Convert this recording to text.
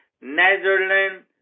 Netherlands